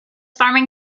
farming